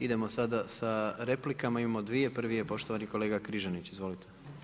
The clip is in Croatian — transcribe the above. Idemo sada sa replikama, imamo dvije, prvi je poštovani kolega Križanić, izvolite.